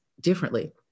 differently